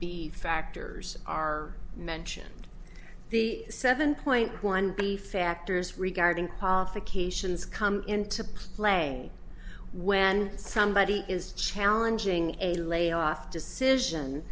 the factors are mentioned the seven point one belief factors regarding qualifications come into play when somebody is challenging a layoff decision